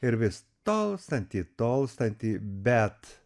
ir vis tolstantį tolstantį bet